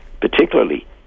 particularly